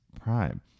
prime